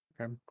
Okay